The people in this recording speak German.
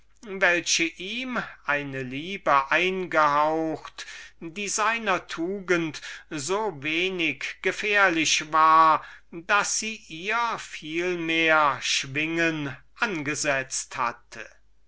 welche ihm eine liebe eingehaucht die seiner tugend so wenig gefährlich gewesen war daß sie ihr vielmehr schwingen angesetzt hatte er